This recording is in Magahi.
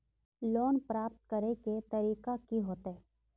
लोन प्राप्त करे के तरीका की होते?